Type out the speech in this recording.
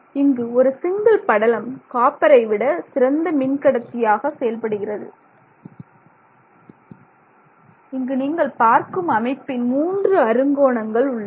இங்கு ஒரு சிங்கிள்படலம் காப்பரை சிறந்த மின்கடத்தி ஆக செயல்படுகிறது இங்கு நீங்கள் பார்க்கும் அமைப்பின் மூன்று அறுங்கோணங்கள் உள்ளன